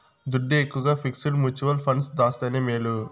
దుడ్డు ఎక్కవగా fixed mutual funds దాస్తేనే మేలు